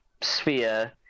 sphere